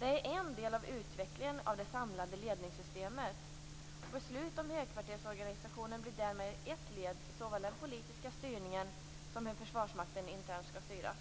Den är en del av utvecklingen av det samlade ledningssystemet. Beslut om högkvartersorganisationen blir därmed ett led i såväl den politiska styrningen som hur Försvarsmakten internt skall styras.